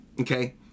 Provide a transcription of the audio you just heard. okay